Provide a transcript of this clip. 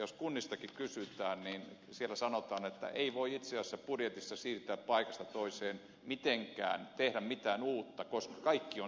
jos kunnistakin kysytään niin siellä sanotaan että ei voi itse asiassa budjetissa siirtää paikasta toiseen mitenkään tehdä mitään uutta koska kaikki on sidottu kiinni